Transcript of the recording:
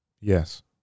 Yes